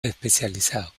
especializado